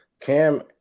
cam